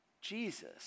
Jesus